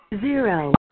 Zero